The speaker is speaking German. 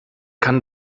kann